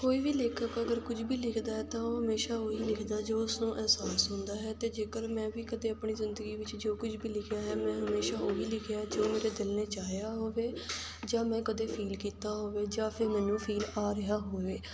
ਕੋਈ ਵੀ ਲੇਖਕ ਅਗਰ ਕੁਝ ਵੀ ਲਿਖਦਾ ਹੈ ਤਾਂ ਉਹ ਹਮੇਸ਼ਾਂ ਉਹੀ ਲਿਖਦਾ ਜੋ ਉਸਨੂੰ ਅਹਿਸਾਸ ਹੁੰਦਾ ਹੈ ਅਤੇ ਜੇਕਰ ਮੈਂ ਵੀ ਕਦੇ ਆਪਣੀ ਜ਼ਿੰਦਗੀ ਵਿੱਚ ਜੋ ਕੁਝ ਵੀ ਲਿਖਿਆ ਹੈ ਮੈਂ ਹਮੇਸ਼ਾਂ ਉਹੀ ਲਿਖਿਆ ਜੋ ਮੇਰੇ ਦਿਲ ਨੇ ਚਾਹਿਆ ਹੋਵੇ ਜਾਂ ਮੈਂ ਕਦੇ ਫੀਲ ਕੀਤਾ ਹੋਵੇ ਜਾਂ ਫਿਰ ਮੈਨੂੰ ਫੀਲ ਆ ਰਿਹਾ ਹੋਵੇ